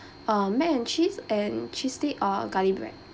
uh mac and cheese and cheese stick uh garlic bread